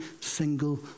single